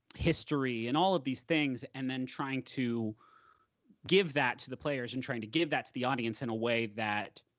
history and all of these things, and then trying to give that to the players and trying to give that to the audience in a way that,